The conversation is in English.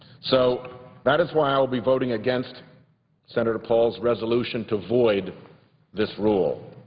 so that is why i'll be voting against senator paul's resolution to void this rule.